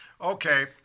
Okay